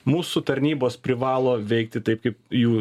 mūsų tarnybos privalo veikti taip kaip jų